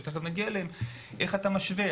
איך משווים?